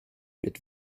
mit